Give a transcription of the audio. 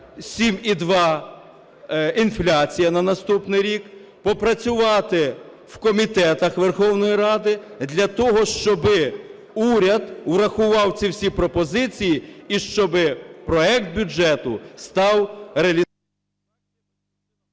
7,2 – інфляція на наступний рік, попрацювати в комітетах Верховної Ради для того, щоб уряд урахував ці всі пропозиції і щоб проект бюджету став… Веде засідання